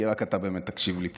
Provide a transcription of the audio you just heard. כי רק אתה באמת תקשיב לי פה,